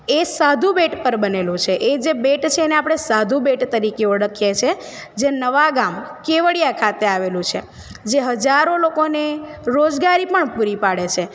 એ સાધુ બેટ પર બનેલો છે એ જે બેટ છે એને આપડે સાધુ બેટ તરીકે ઓળખીએ છે જે નવાગામ કેવડીયા ખાતે આવેલું છે જે હજારો લોકોને રોજગારી પણ પૂરી પાડે છે